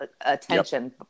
attention